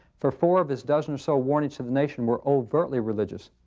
for four of his dozen or so warnings to the nation were overtly religious.